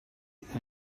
bydd